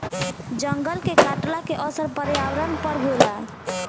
जंगल के कटला के असर पर्यावरण पर होला